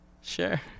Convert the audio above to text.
Sure